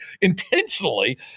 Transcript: intentionally